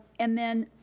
and then,